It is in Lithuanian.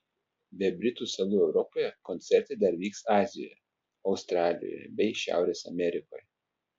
be britų salų europoje koncertai dar vyks azijoje australijoje bei šiaurės amerikoje